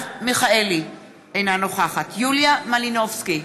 אינה נוכחת יוליה מלינובסקי,